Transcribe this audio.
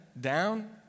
down